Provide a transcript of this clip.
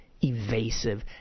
evasive